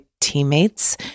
teammates